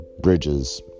bridges